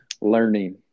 learning